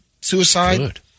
suicide